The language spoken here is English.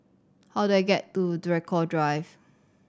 how do I get to Draycott Drive